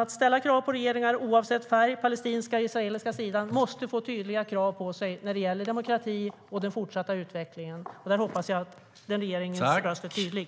att ställa krav på regeringar oavsett färg. Den palestinska och israeliska sidan måste få tydliga krav på sig vad gäller demokrati och den fortsatta utvecklingen. Här hoppas jag att regeringens röst är tydlig.